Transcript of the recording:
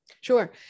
Sure